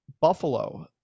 buffalo